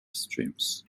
streams